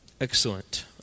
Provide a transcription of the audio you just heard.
Excellent